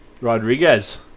Rodriguez